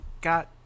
got